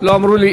לא אמרו לי.